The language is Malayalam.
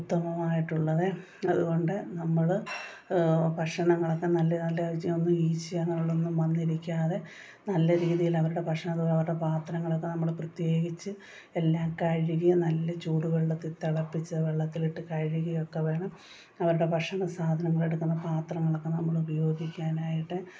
ഉത്തമമായിട്ടുള്ളതെ അതുകൊണ്ട് നമ്മൾ ഭക്ഷണങ്ങളൊക്കെ നല്ല നല്ല ഈച്ച ഒന്നും ഈച്ച അങ്ങനെയുള്ള ഒന്നും വന്നിരിക്കാതെ നല്ല രീതിയിൽ അവരുടെ ഭക്ഷണം അവരുടെ പാത്രങ്ങളൊക്കെ നമ്മൾ പ്രത്യേകിച്ച് എല്ലാം കഴുകി നല്ല ചൂടുവെള്ളത്തിൽ തിളപ്പിച്ച വെള്ളത്തിലിട്ടു കഴുകി ഒക്കെ വേണം അവരുടെ ഭക്ഷണ സാധനങ്ങൾ എടുക്കുന്ന പാത്രങ്ങളൊക്ക് നമ്മൾ ഉപയോഗിക്കാനായിട്ട്